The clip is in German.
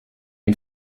den